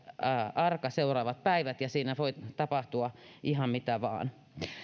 arka seuraavat päivät ja siinä voi tapahtua ihan mitä vain